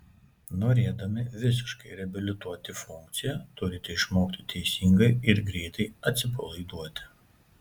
norėdami visiškai reabilituoti funkciją turite išmokti teisingai ir greitai atsipalaiduoti